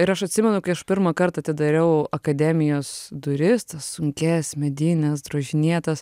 ir aš atsimenu kai aš pirmąkart atidariau akademijos duris sunkias medines drožinėtas